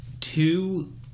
Two